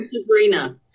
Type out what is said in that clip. Sabrina